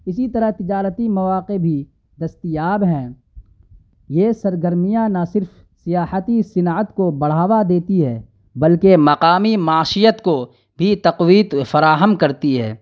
اسی طرح تجارتی مواقع بھی دستیاب ہیں یہ سرگرمیاں نہ صرف سیاحتی صنعت کو بڑھاوا دیتی ہے بلکہ مقامی معاشیت کو بھی تقویت فراہم کرتی ہے